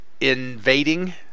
invading